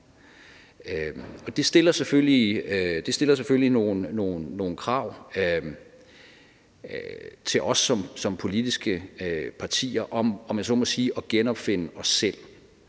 det stiller selvfølgelig nogle krav til os som politiske partier om at, om jeg